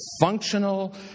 functional